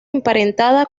emparentada